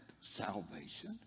salvation